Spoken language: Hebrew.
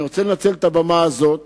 אני רוצה לנצל את הבמה הזאת